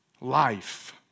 life